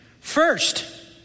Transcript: First